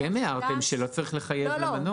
אתם הערתם שלא צריך לחייב למנות.